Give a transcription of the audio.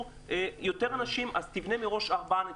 יותר אנשים ולכן תבנה מראש ארבעה נתיבים.